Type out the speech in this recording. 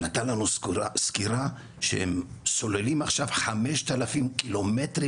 והוא נתן לנו סקירה שהם סוללים עכשיו 5,000 קילומטרים